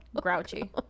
grouchy